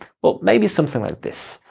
but maybe something like this.